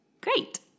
great